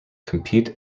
compete